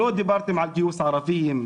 לא דיברתם על גיוס ערבים,